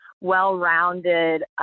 well-rounded